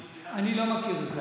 אני לא מכיר את זה.